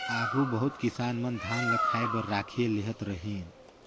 आघु बहुत किसान मन धान ल खाए बर राखिए लेहत रहिन